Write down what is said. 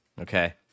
Okay